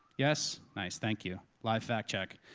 yes? nice, thank you, live fact check.